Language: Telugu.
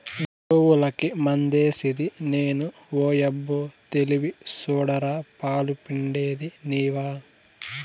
గోవులకి మందేసిది నేను ఓయబ్బో తెలివి సూడరా పాలు పిండేది నీవా